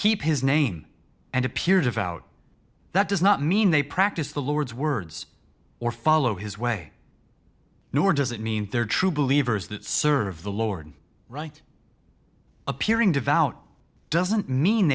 keep his name and appears about that does not mean they practice the lord's words or follow his way nor does it mean they're true believers that serve the lord right appearing devout doesn't mean